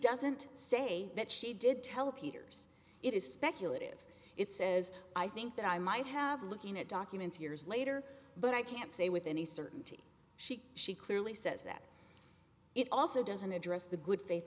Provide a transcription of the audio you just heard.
doesn't say that she did tell peters it is speculative it says i think that i might have looking at documents years later but i can't say with any certainty she she clearly says that it also doesn't address the good faith